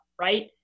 right